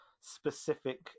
specific